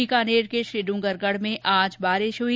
बीकानेर के श्री ड्रंगरगढ़ में आज बारिश हई